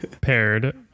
paired